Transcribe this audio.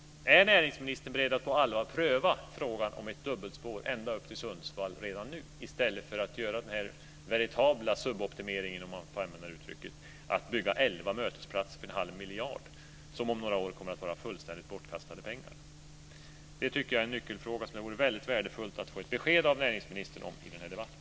Är näringsministern beredd att på allvar pröva frågan om ett dubbelspår ända upp till Sundsvall redan nu i stället för att göra den veritabla suboptimeringen, om jag får använda det uttrycket, att bygga elva mötesplatser för en halv miljard, som om några år kommer att vara fullständigt bortkastade pengar? Jag tycker att det är en nyckelfråga, och det vore väldigt värdefullt att få ett besked från näringsministern om detta i den här debatten.